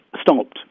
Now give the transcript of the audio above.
stopped